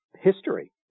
history